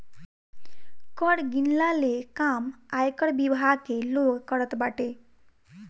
कर गिनला ले काम आयकर विभाग के लोग करत बाटे